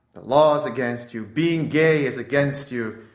the law is against you. being gay is against you.